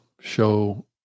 show